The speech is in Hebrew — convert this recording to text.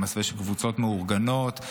במסווה של קבוצות מאורגנות,